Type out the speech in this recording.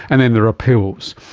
and then there are pills.